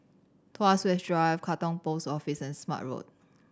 Tuas West Drive Katong Post Office and Smart Road